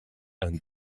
and